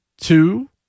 two